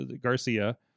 Garcia